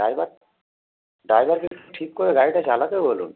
driver ড্রাইভারকে একটু ঠিক করে গাড়িটা চালাতে বলুন